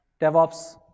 DevOps